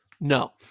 No